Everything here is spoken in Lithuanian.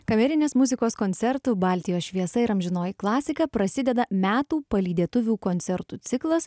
kamerinės muzikos koncertų baltijos šviesa ir amžinoji klasika prasideda metų palydėtuvių koncertų ciklas